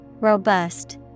Robust